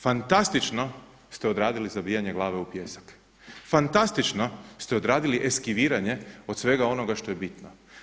Fantastično ste odradili zabijanje glave u pijesak, fantastično ste odradili eskiviranje od svega onoga što je bitno.